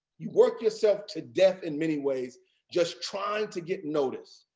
you work yourself to death in many ways just trying to get noticed,